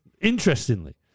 interestingly